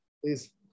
please